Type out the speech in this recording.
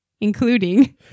including